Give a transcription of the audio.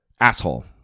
Asshole